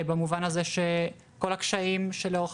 במובן הזה שכל הקשיים שנקרו בדרכה לאורך